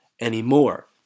anymore